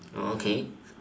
okay